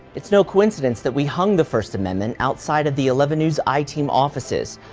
it's no coincidence that we hung the first amendment outside of the eleven news i team offices.